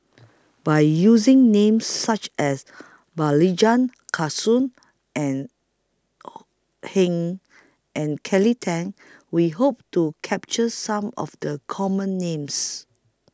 By using Names such as Kastu and Heng and Kelly Tang We Hope to capture Some of The Common Names